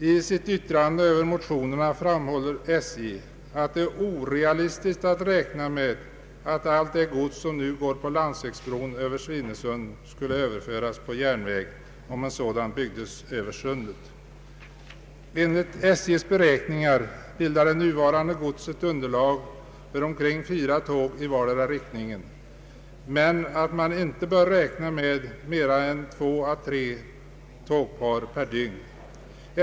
I sitt yttrande över motionerna framhåller SJ att det är orealistiskt att räkna med att allt det gods som nu går på landsvägsbron över Svinesund skulle överföras på järnväg, om en sådan byggdes över sundet. Enligt SJ:s beräkningar bildar det nuvarande godset underlag för omkring fyra tåg i vardera riktningen, men man bör inte räkna med mer än två å tre tågpar per dygn.